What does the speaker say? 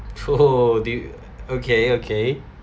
!oho! do you okay okay